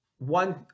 One